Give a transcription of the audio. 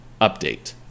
Update